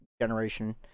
generation